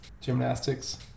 Gymnastics